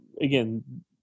again